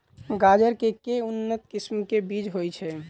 गाजर केँ के उन्नत किसिम केँ बीज होइ छैय?